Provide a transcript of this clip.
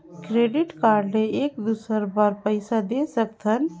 Debit card ले एक दुसर बार पइसा दे सकथन?